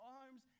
arms